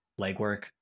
legwork